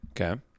Okay